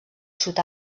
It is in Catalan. sud